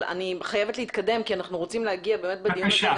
אבל אני חייבת להתקדם כי אנחנו רוצים להגיע באמת בדיון בבקשה.